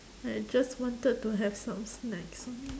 I just wanted to have some snacks only